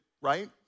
right